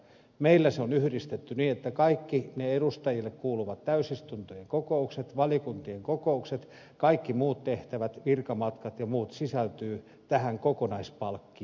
meillä nämä on yhdistetty niin että kaikki edustajille kuuluvat täysistuntojen ja valiokuntien kokouksien ja kaikkien muiden tehtävien korvaukset virkamatkat ja muut sisältyvät tähän kokonaispalkkioon